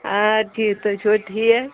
آ ٹھیٖک تُہۍ چھُوا ٹھیٖک